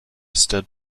stood